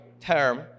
term